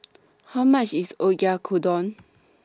How much IS Oyakodon